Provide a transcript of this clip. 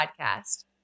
podcast